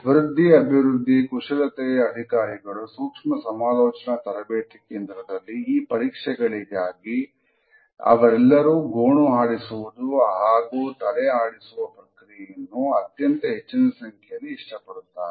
ವೃದ್ಧಿ ಅಭಿವೃದ್ಧಿ ಕುಶಲತೆಯ ಅಧಿಕಾರಿಗಳು ಸೂಕ್ಷ್ಮ ಸಮಾಲೋಚನಾ ತರಬೇತಿ ಕೇಂದ್ರದಲ್ಲಿ ಈ ಪರೀಕ್ಷೆಗಳಿಗಾಗಿ ಅವರೆಲ್ಲರೂ ಗೋಣು ಆಡಿಸುವುದು ಹಾಗೂ ತಲೆ ಆಡಿಸುವ ಪ್ರಕ್ರಿಯೆಯನ್ನು ಅತ್ಯಂತ ಹೆಚ್ಚಿನ ಸಂಖ್ಯೆಯಲ್ಲಿ ಇಷ್ಟಪಡುತ್ತಾರೆ